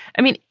i mean,